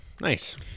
nice